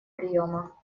приема